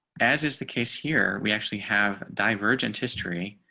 as is the case here. we actually have divergent history,